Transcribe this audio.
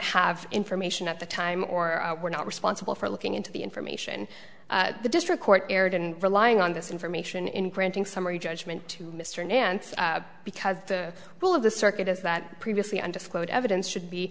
have information at the time or were not responsible for looking into the information the district court erred in relying on this information in granting summary judgment to mr nance because the will of the circuit is that previously undisclosed evidence should be